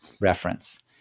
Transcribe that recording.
reference